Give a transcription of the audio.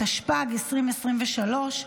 התשפ"ד 2024,